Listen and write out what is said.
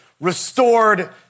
Restored